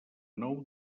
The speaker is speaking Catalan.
nou